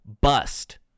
Bust